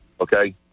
Okay